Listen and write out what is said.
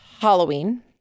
Halloween